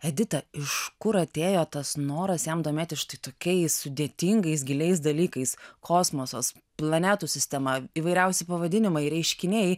edita iš kur atėjo tas noras jam domėtis štai tokiais sudėtingais giliais dalykais kosmosas planetų sistema įvairiausi pavadinimai reiškiniai